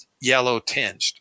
yellow-tinged